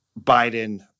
biden